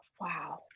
Wow